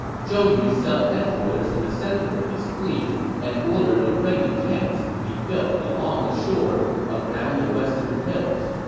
zhou yu set up headquarters in the center of his fleet and ordered a ring of camps to be built along the shore around the western hills.